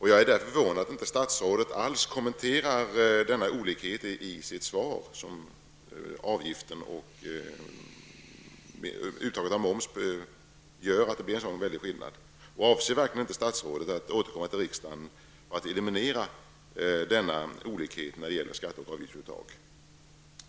Jag är därför förvånad över att statsrådet i sitt svar inte alls kommenterar denna olikhet och det faktum att uttaget av moms gör att det blir en sådan väldig skillnad. Avser verkligen inte statsrådet att återkomma till riksdagen med förslag om att man skall eliminera denna olikhet när det gäller skatter på avgiftsuttag?